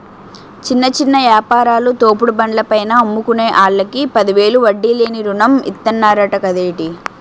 చిన్న చిన్న యాపారాలు, తోపుడు బండ్ల పైన అమ్ముకునే ఆల్లకి పదివేలు వడ్డీ లేని రుణం ఇతన్నరంట కదేటి